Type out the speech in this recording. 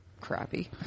crappy